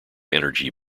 energy